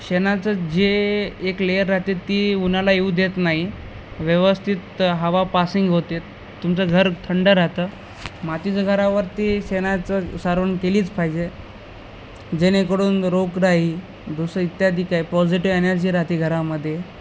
शेणाचं जे एक लेयर राहते ती उन्हाला येऊ देत नाही व्यवस्थित हवा पासिंग होते तुमचं घर थंड राहतं मातीचं घरावरती शेणाचं सारवण केलीच पाहिजे जेणेकडून रोगराई दुसरं इत्यादी काय पॉझिटिव एनर्जी राहाते घरामध्ये